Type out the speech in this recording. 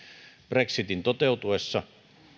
brexitin toteutuessa